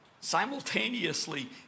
simultaneously